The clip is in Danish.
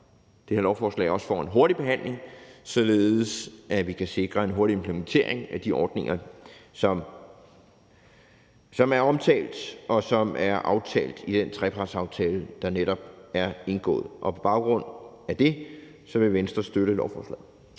det her lovforslag også får en hurtig behandling, således at vi kan sikre en hurtig implementering af de ordninger, som er omtalt, og som er aftalt i den trepartsaftale, der netop er indgået. Og på baggrund af det vil Venstre støtte lovforslaget.